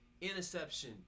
Interception